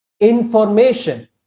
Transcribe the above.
information